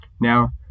Now